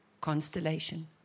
Constellation